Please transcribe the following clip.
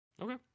Okay